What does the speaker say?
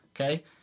okay